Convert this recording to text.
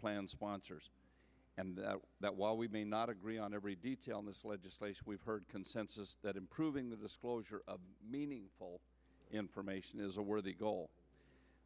plan sponsors and that while we may not agree on every detail in this legislation we've heard consensus that improving the disclosure of meaningful information is a worthy goal